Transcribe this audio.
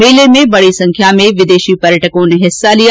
मेले में बड़ी संख्या मेंविदेशी पर्यटकों ने हिस्सा लिया